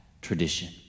tradition